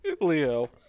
Leo